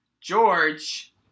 george